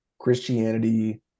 Christianity